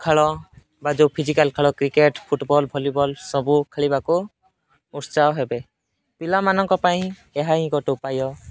ଖେଳ ବା ଯେଉଁ ଫିଜିକାଲ୍ ଖେଳ କ୍ରିକେଟ ଫୁଟବଲ୍ ଭଲିବଲ୍ ସବୁ ଖେଳିବାକୁ ଉତ୍ସାହ ହେବେ ପିଲାମାନଙ୍କ ପାଇଁ ଏହା ହିଁ ଗୋଟେ ଉପାୟ